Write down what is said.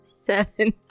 Seven